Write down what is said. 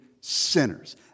sinners